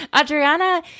Adriana